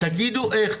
תגידו איך,